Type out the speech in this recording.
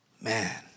Man